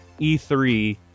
E3